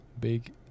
big